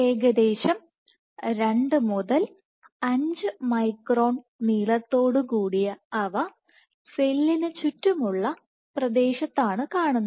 ഏകദേശം 2 5 മൈക്രോൺ നീളത്തോടുകൂടിയ അവ സെല്ലിന് ചുറ്റുമുള്ള പ്രദേശത്താണ് കാണുന്നത്